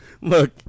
look